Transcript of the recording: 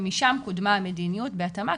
ומשם קודמה המדיניות בהתאמה,